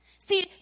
See